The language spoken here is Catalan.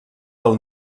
del